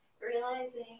realizing